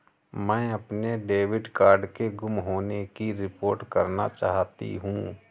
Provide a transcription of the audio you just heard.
मैं अपने debit card के गुम होने की रिपोर्ट करना चाहती हूँ